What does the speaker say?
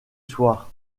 soir